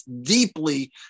deeply